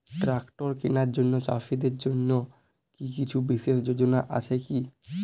Tractor কেনার জন্য চাষীদের জন্য কী কিছু বিশেষ যোজনা আছে কি?